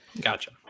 Gotcha